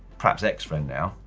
perhaps ex-friend now,